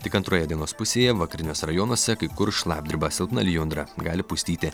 tik antroje dienos pusėje vakariniuose rajonuose kai kur šlapdriba silpna lijundra gali pustyti